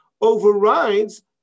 overrides